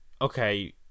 okay